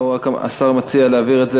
השר מציע להעביר את זה,